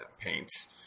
paints